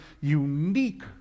unique